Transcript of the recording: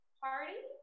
party